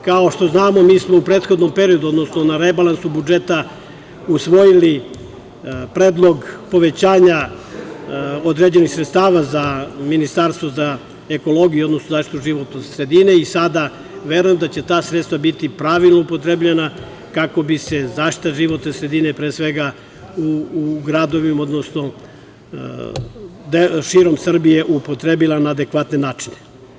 Kao što znamo, mi smo u prethodnom periodu, odnosno na rebalansu budžeta usvojili predlog povećanja određenih sredstava za Ministarstvo za ekologiju, odnosno zaštitu životne sredine i sada verujem da će ta sredstva biti pravilno upotrebljena kako bi se zaštita životne sredine, pre svega u gradovima, odnosno širom Srbije upotrebila na adekvatne načine.